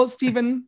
Stephen